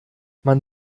man